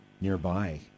nearby